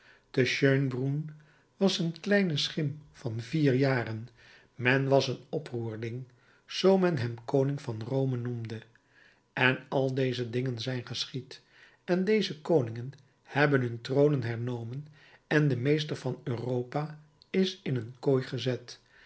te schönbrunn was een kleine schim van vier jaren men was een oproerling zoo men hem koning van rome noemde en al deze dingen zijn geschied en deze koningen hebben hun tronen hernomen en de meester van europa is in een kooi gezet